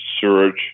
search